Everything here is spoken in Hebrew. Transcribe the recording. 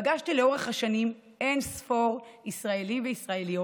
פגשתי לאורך השנים אין-ספור ישראלים וישראליות